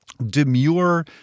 demure